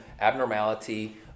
abnormality